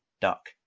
duck